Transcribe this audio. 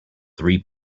three